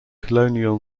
colonial